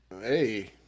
Hey